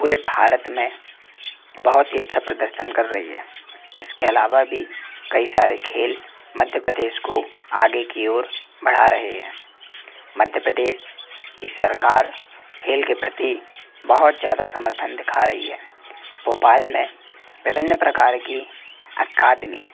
पूरे भारत में बहुत ही अच्छा प्रदर्शन कर रही है इसके अलावा भी कई सारे खेल मध्य प्रदेश को आगे की ओर बढ़ा रहे हैं मध्य प्रदेश की सरकार खेल के प्रति बहुत ज़्यादा समर्थन दिखा रही है भोपाल में विभिन्न प्रकार की अकादमी